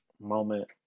moment